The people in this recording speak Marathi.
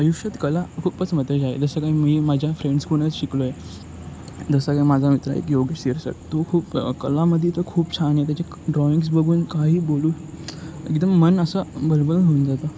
आयुष्यात कला खूपच महत्त्वाची आहे जसं काय मी माझ्या फ्रेंड्सकडूनच शिकलो आहे जसं की माझा मित्र एक योगेश शिरसाट तो खूप कलामध्ये तो खूप छान आहे त्याची ड्रॉईंग्स बघून काही बोलू एकदम मन असं भरभरून होऊन जातं